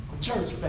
church